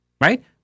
right